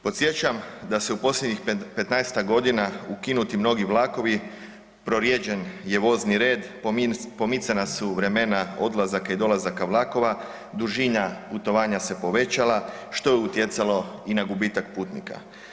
Podsjećam da se u posljednjih 15-tak godina ukinuti mnogi vlakovi, prorijeđen je vozni red, pomicana su vremena odlazaka i dolazaka vlakova, dužina putovanja se povećala, što je utjecalo i na gubitak putnika.